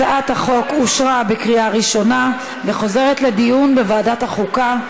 הצעת החוק אושרה בקריאה ראשונה וחוזרת לדיון בוועדת החוקה,